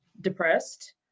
depressed